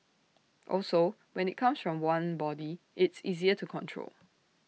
also when IT comes from one body it's easier to control